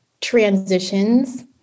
transitions